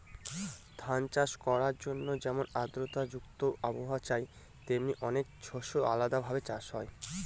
ধান চাষ করার জন্যে যেমন আদ্রতা সংযুক্ত আবহাওয়া চাই, তেমনি অনেক শস্যের আলাদা ভাবে চাষ হয়